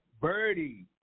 Birdie